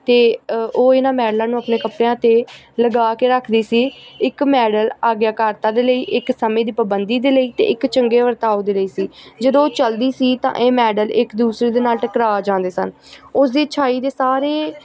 ਅਤੇ ਉਹ ਇਹਨਾਂ ਮੈਡਲਾਂ ਨੂੰ ਆਪਣੇ ਕੱਪੜਿਆਂ 'ਤੇ ਲਗਾ ਕੇ ਰੱਖਦੀ ਸੀ ਇੱਕ ਮੈਡਲ ਆਗਿਆ ਕਾਰਤਾ ਦੇ ਲਈ ਇੱਕ ਸਮੇਂ ਦੀ ਪਾਬੰਦੀ ਦੇ ਲਈ ਅਤੇ ਇੱਕ ਚੰਗੇ ਵਰਤਾਓ ਦੇ ਲਈ ਸੀ ਜਦੋਂ ਉਹ ਚੱਲਦੀ ਸੀ ਤਾਂ ਇਹ ਮੈਡਲ ਇੱਕ ਦੂਸਰੇ ਦੇ ਨਾਲ ਟਕਰਾ ਜਾਂਦੇ ਸਨ ਉਸਦੀ ਅੱਛਾਈ ਦੇ ਸਾਰੇ